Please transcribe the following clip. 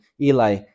Eli